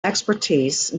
expertise